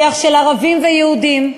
של ערבים ויהודים,